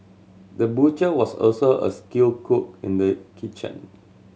the butcher was also a skilled cook in the kitchen